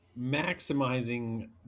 maximizing